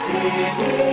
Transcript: City